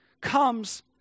comes